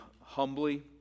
humbly